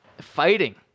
fighting